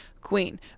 queen